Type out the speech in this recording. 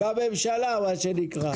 בממשלה מה שנקרא.